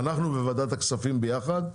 אנחנו וועדת כספים ביחד.